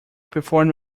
performed